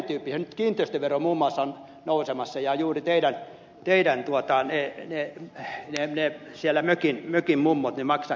kiinteistövero muun muassa on nousemassa ja juuri ne teidän mökinmummot maksavat kiinteistöveroja